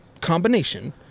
combination